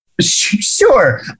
sure